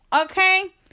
Okay